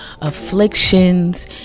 afflictions